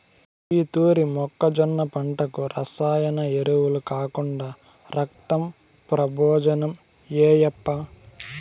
ఈ తూరి మొక్కజొన్న పంటకు రసాయన ఎరువులు కాకుండా రక్తం ప్రబోజనం ఏయప్పా